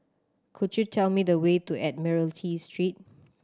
could you tell me the way to Admiralty Street